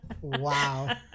Wow